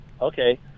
Okay